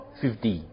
fifty